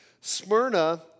Smyrna